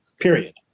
Period